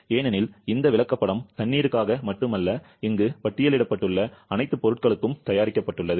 ஏனெனில் இந்த விளக்கப்படம் தண்ணீருக்காக மட்டுமல்ல இங்கு பட்டியலிடப்பட்டுள்ள அனைத்து பொருட்களுக்கும் தயாரிக்கப்பட்டுள்ளது